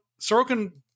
Sorokin